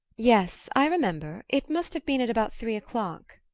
yes, i remember it must have been at about three o'clock.